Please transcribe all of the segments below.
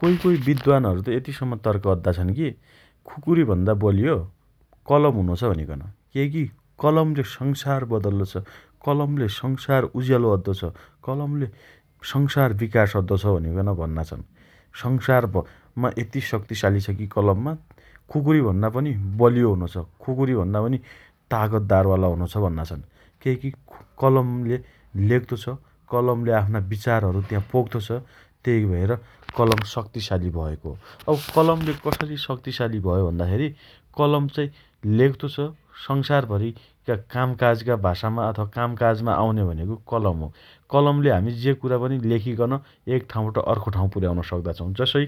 कोइ कोइ विद्धानहरु यतिसम्म तर्क अद्दा छन् की खुकुरीभन्दा बलियो कलम हुन्छ भनिकन । केइकी कलमले संसार बदल्लो छ । कलमले संसार उज्यालो अद्दो छ । कलमले संसार विकास अद्दो छ भनिकन भन्ना छन् । संसारमा यति शक्तिशाली छ की कलममा खुकुरी भन्ना पनि बलियो हुनो छ । खुकुरी भन्ना पनि तागतदार वाला हुनोछ भन्ना छन् । केइकी कलमले लेख्तो छ । कलमले आफ्ना विचारहरु पोख्तो छ । तेइ भएर कलम शक्तिशाली भएको हो । अब कलमले कसरी शक्ति शाली भयो भन्दाखेरी कलम चाइ लेख्तो छ । संसारभरीका कामकाजका भाषामा अथवा कामकाजमा आउने भनेको कलम हो । कलमले हमी जे कुरा पनि लेखिकन एक ठाउँबाट अर्को ठाउँ पुर्याउन सक्दा छौँ । जसइ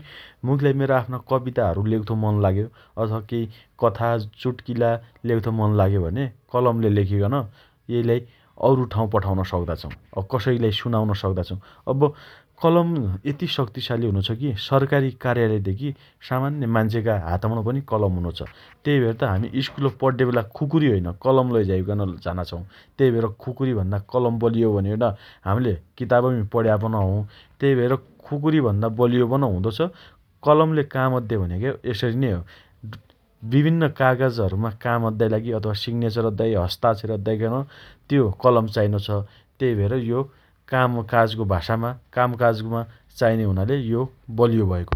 मुखीलाई मेरा आफ्नो कविताहरु लेख्त मन लाग्यो अथवा केही कथा चुट्किला लेख्त मन लाग्यो भने कलमले लेखिकन एइलाई औरु ठाउँ पठाउन सक्ता छौँ । अब कसैलाई सुनाउन सक्दा छौं । अब कलम यति शक्तिशाली हुनो छ की सरकारी कार्यालयधेगी सामान्य मान्छेका हातम्णो पनि कलम हुनोछ । तेइ भएर त हामी स्कुल पड्डे बेला खुकुरी होइन, कलम लैझाइकन झाना छौँ । तेइ भएर खुकुरी भन्दा कलम बलियो हो भनिकन हम्ले किताबमी पण्या पन हौँ । तेइभएर खुकुरी भन्दा बलियो पन हुँदोछ । कलमले काम अद्दे भनेको यसरी नै हो । विभिन्न कागजहरुमा काम अद्दाइ लागि अथवा सिग्नेचर अद्दाइ लागि, हस्ताक्षर अद्दाइकन त्यो कलम चाइनोछ । तेइ भएर यो काम काजको भाषामा कामकाजमा चाइने हुनाले यो बलियो ।